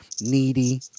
needy